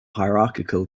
hierarchical